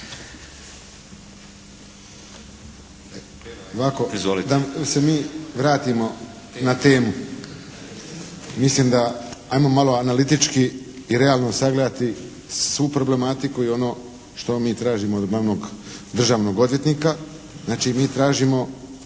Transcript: da se mi vratimo na temu. Mislim da hajmo malo analitički i realno sagledati svu problematiku i ono što mi tražimo od glavnog državnog odvjetnika. Znači mi tražimo